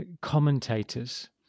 commentators